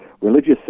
religious